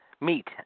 Meet